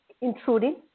intruding